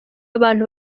abantu